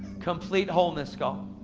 complete wholeness god.